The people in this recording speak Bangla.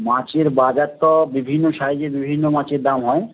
মাছের বাজার তো বিভিন্ন সাইজের বিভিন্ন মাছের দাম হয়